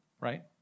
right